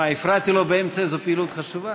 מה, הפרעתי לו באמצע איזו פעילות חשובה?